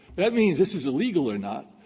that means this is illegal or not,